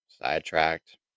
sidetracked